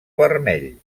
vermell